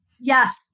Yes